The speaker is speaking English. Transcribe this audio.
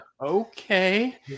Okay